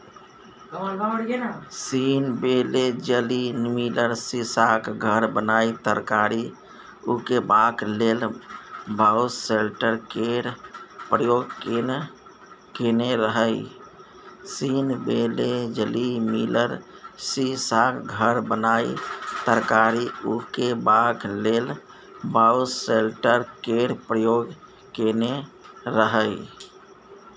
scene बेलेजली Miller सीशाक घर बनाए तरकारी उगेबाक लेल बायोसेल्टर केर प्रयोग केने रहय